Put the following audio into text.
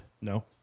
No